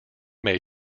may